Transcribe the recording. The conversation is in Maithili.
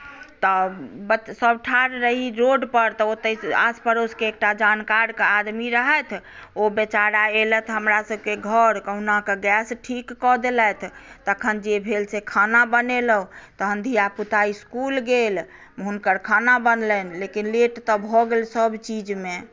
तऽ सभ ठाढ़ रही रोड पर तऽ ओतै आस पड़ोसके एकटा जानकार आदमी रहथि ओ बेचारा एलथि हमरा सभकेँ घर कहुनाकऽ गैस ठीक कऽ देलथि तखन जे भेल से खाना बनेलहुँ तहन दिया पुता इसकुल गेल हुनकर खाना बनलनि लेकिन लेट तऽ भऽ गेल सभ चीजमे